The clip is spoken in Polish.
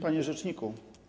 Panie Rzeczniku!